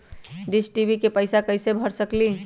Dish TV के पैईसा कईसे भर सकली?